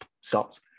stopped